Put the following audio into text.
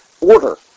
order